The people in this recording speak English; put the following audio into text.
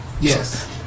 Yes